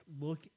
look